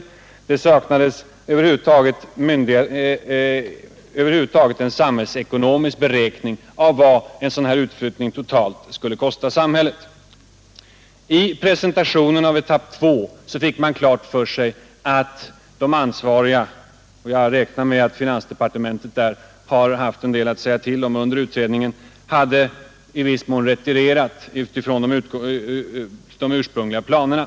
Det saknades över huvud taget en samhällsekonomisk beräkning av vilka effekter en sådan här utflyttning totalt skulle ge. Vid presentationen av etapp 2 fick man klart för sig att de ansvariga jag räknar med att finansdepartementet där har haft en del att säga till om under utredningen i viss mån hade retirerat från de ursprungliga planerna.